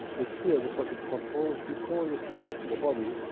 it's here because it controls, before the thing goes to the body,